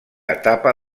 etapa